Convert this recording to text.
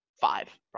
five